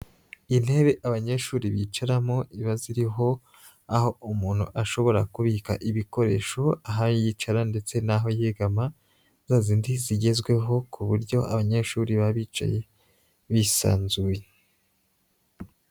Intebe abanyeshuri bicaramo ziba ziriho aho umuntu ashobora kubika ibikoresho, aho yicara ndetse n'aho yegama, za zindi zigezweho ku buryo abanyeshuri baba bicaye bisanzuye.